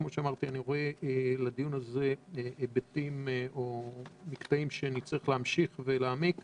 אני רואה בדיון הזה היבטים שנצטרך להמשיך ולהעמיק בהם.